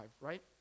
right